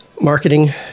marketing